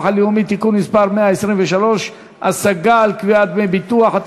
הלאומי (תיקון מס' 123) (השגה על קביעת דמי ביטוח),